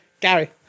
Gary